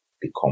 become